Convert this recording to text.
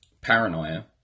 paranoia